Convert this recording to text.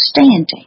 understanding